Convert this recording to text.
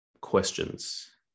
questions